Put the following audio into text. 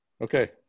Okay